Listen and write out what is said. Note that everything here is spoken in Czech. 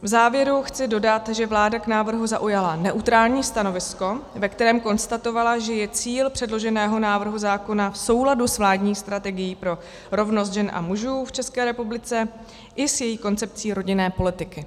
V závěru chci dodat, že vláda k návrhu zaujala neutrální stanovisko, ve kterém konstatovala, že je cíl předloženého návrhu zákona v souladu s vládní strategií pro rovnost žen a mužů v České republice i s její koncepcí rodinné politiky.